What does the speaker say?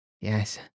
Yes